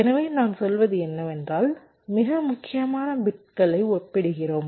எனவே நான் சொல்வது என்னவென்றால் மிக முக்கியமான பிட்களை ஒப்பிடுகிறோம்